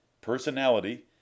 personality